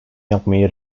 yapmayı